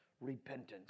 repentance